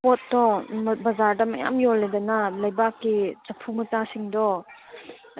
ꯄꯣꯠꯇꯣ ꯕꯖꯥꯔꯗ ꯃꯌꯥꯝ ꯌꯣꯜꯂꯦꯗꯅ ꯂꯩꯕꯥꯛꯀꯤ ꯆꯐꯨ ꯃꯆꯥꯁꯤꯡꯗꯣ